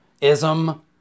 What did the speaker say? ism